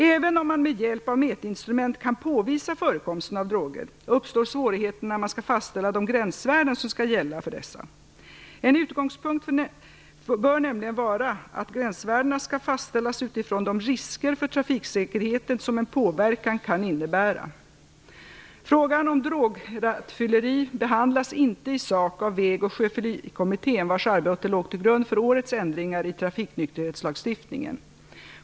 Även om man med hjälp av mätinstrument kan påvisa förekomsten av droger uppstår svårigheter när man skall fastställa de gränsvärden som skall gälla för dessa. En utgångspunkt bör nämligen vara att gränsvärdena skall fastställas utifrån de risker för trafiksäkerheten som en påverkan kan innebära. Frågan om drograttfylleri behandlas inte i sak av Väg och sjöfyllerikommittén, vars arbete låg till grund för årets ändringar i trafiknykterhetslagstiftningen.